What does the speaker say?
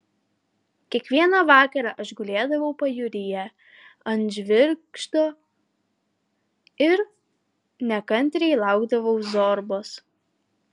kiekvieną vakarą aš gulėdavau pajūryje ant žvirgždo ir nekantriai laukdavau zorbos